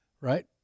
right